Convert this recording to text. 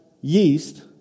yeast